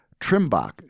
Trimbach